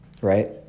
Right